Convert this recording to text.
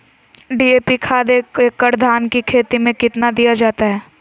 DAP खाद एक एकड़ धान की खेती में कितना दीया जाता है?